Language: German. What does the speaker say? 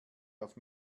auf